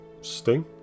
Sting